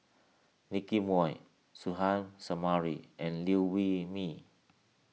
Nicky Moey Suzairhe Sumari and Liew Wee Mee